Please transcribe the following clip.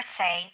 say